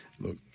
look